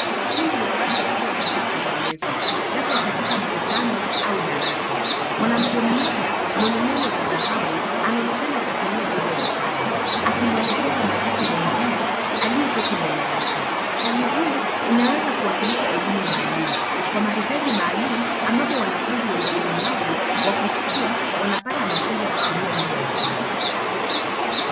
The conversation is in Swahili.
Kundi la watu wakiwa wamekaa kwenye meza, labda katika mkutano au darasa. Mwanamke mmoja, mwenye nywele za dhahabu, anaonekana akitumia lugha ya ishara. Akimuelekeza mwanamke mwingine, aliyeketi mbele yake. Hali hii, inaweza kuwakilisha elimu maalumu, kwa mahitaji maalum, ambapo wanafunzi wenye ulemavu wa kusikia ,wanapata mafunzo ya kutumia lugha ya ishara.